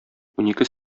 унике